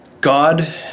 God